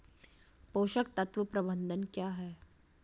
पोषक तत्व प्रबंधन क्या है?